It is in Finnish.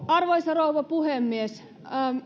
arvoisa rouva puhemies